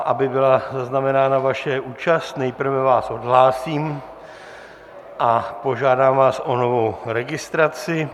Aby byla zaznamenána vaše účast, nejprve vás odhlásím a požádám vás o novou registraci.